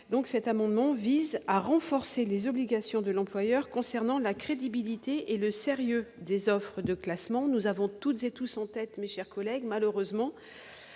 donc cet amendement vise à renforcer les obligations de l'employeur concernant la crédibilité et le sérieux des offres de classement, nous avons toutes et tous sont têtus mais chers collègues malheureusement